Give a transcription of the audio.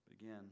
Again